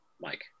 Mike